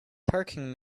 parking